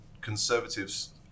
conservatives